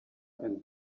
and